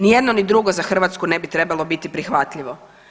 Nijedno ni drugo za Hrvatsku ne bi trebalo biti prihvatljivo.